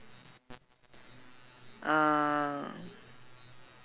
uh